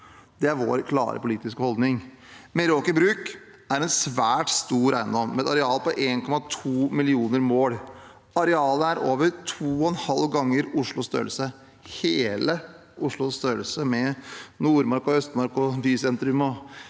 Det er vår klare politiske holdning. Meraker Brug er en svært stor eiendom med et areal på 1,2 millioner mål. Arealet er over to og en halv ganger Oslos størrelse – hele Oslos størrelse, med Nordmarka og Østmarka og bysentrum,